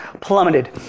plummeted